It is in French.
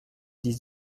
dix